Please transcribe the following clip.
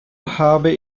habe